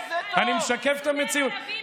אקוניס, אתה צודק שצריך להתבייש.